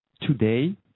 today